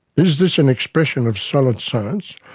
is this an expression of solid science,